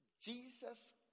Jesus